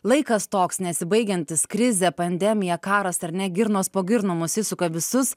laikas toks nesibaigiantis krizė pandemija karas ar ne girnos po girnų mus įsuka visus